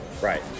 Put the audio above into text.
Right